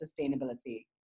sustainability